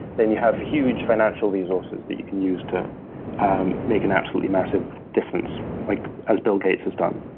then you have huge financial resources that you can use to um make an absolutely massive difference, like as bill gates has done.